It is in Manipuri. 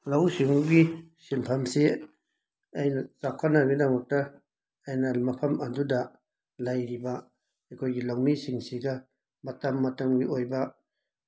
ꯂꯧꯎ ꯁꯤꯉꯨꯒꯤ ꯁꯤꯟꯐꯝꯁꯤ ꯑꯩꯅ ꯆꯥꯎꯈꯠꯅꯕꯒꯤꯗꯃꯛꯇ ꯑꯩꯅ ꯃꯐꯝ ꯑꯗꯨꯗ ꯂꯩꯔꯤꯕ ꯑꯩꯈꯣꯏꯒꯤ ꯂꯧꯃꯤꯁꯤꯡꯁꯤꯒ ꯃꯇꯝ ꯃꯇꯝꯒꯤ ꯑꯣꯏꯕ